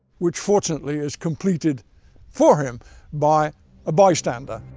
which fortunately is completed for him by a bystander,